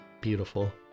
beautiful